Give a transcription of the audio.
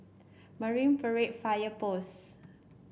Marine Parade Fire Post